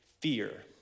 fear